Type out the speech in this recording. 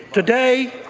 today